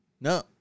No